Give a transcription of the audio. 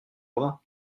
bras